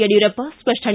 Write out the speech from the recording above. Yediyurappa ಸ್ಪಷ್ನನೆ